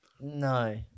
No